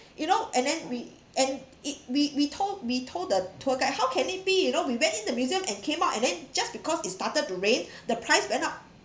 you know and then we and it we we told we told the tour guide how can it be you know we went in the museum and came out and then just because it started to rain the price went up